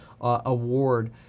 award